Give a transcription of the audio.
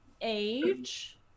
Age